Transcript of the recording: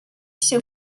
się